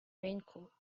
raincoat